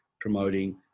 promoting